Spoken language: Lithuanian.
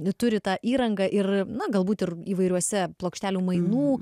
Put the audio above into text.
ne turi tą įrangą ir na galbūt ir įvairiuose plokštelių mainų